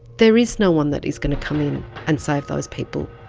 there is no one that is going to come in and save those people.